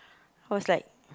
cause like